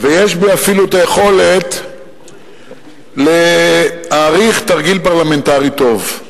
ויש בי אפילו היכולת להעריך תרגיל פרלמנטרי טוב.